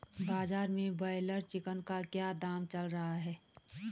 बाजार में broiler chicken का क्या दाम चल रहा है?